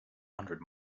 hundred